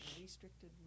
restricted